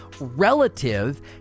relative